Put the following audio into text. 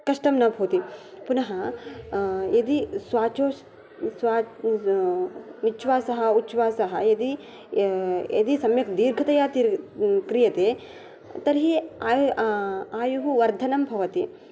कष्टं न भवति पुनः यदि स्वाचोस् स्व उच्छासः उच्छ्वासः यदि यदि संयक् दीर्घतया क्रियते तर्हि आ आयुः वर्धनं भवति